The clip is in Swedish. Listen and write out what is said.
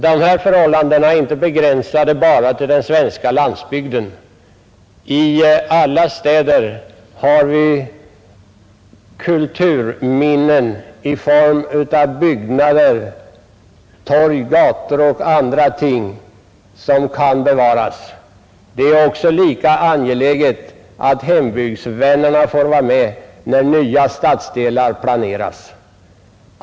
Denna fråga är inte begränsad bara till den svenska landsbygden. I alla städer har vi kulturminnen i form av byggnader, torg, gator och annat som kan bevaras. Det är också lika angeläget att hembygdsvännerna får vara med när nya stadsdelar planeras.